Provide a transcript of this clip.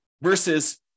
versus